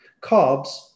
Carbs